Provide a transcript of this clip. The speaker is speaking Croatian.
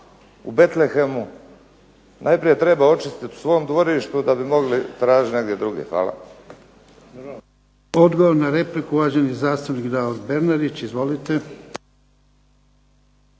u Betlehemu. Najprije treba očistiti u svom dvorištu da bi mogli tražiti negdje drugdje. Hvala.